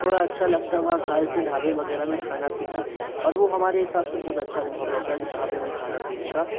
थोड़ा अच्छा लगता है वहाँ खा लेते हैं ढाबे वगैरह में खाना पीना और वो हमारे हिसाब से बहुत अच्छा अनुभव रहता है ढाबे में खाना पीने का